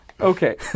Okay